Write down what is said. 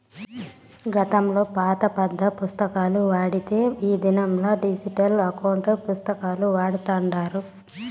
గతంలో పాత పద్దు పుస్తకాలు వాడితే ఈ దినంలా డిజిటల్ ఎకౌంటు పుస్తకాలు వాడతాండారు